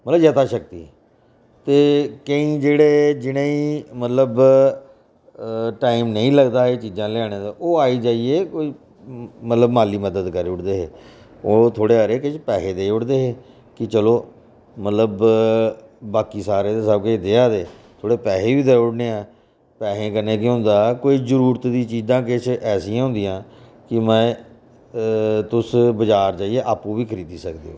मतलब यथा शक्ति ते केईं जेह्ड़े जि'नेंगी मतलब टाईम नेईं लगदा एह् चीजां लेआने दा ओह् आई जाइयै कोई मतलब माली मदद करी ओड़दे हे ओह् थोह्ड़े हारे किश पैहे देई ओड़दे हे कि चलो मतलब बाकी सारे ते सब कुछ देआ दे थोह्ड़े पैहे बी देई ओड़ने आं पैहें कन्नै केह् होंदे कुछ जरूरत दियां चीजां किश ऐसियां होंदियां कि तुस बजार जाइयै आपूं बी खरीदी सकदे ओ